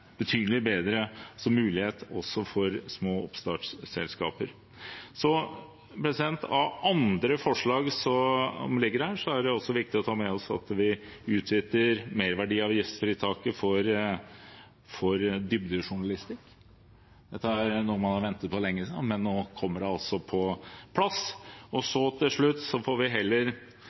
betydelig bedre mulighet for små oppstartsselskaper. Av andre forslag som ligger der, er det viktig å ta med seg at vi utvider merverdiavgiftsfritaket for dybdejournalistikk. Dette er noe man har ventet på lenge, men nå kommer det altså på plass. Til slutt: Vi får heller leve med den uenigheten vi